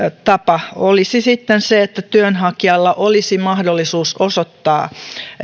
tapa olisi sitten se että työnhakijalla olisi mahdollisuus osoittaa